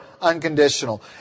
unconditional